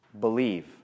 Believe